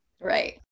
right